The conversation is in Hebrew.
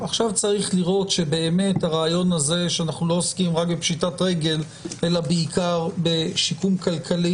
כמעט בכל דיון שאנחנו מגיעים אליו דורשים תקופות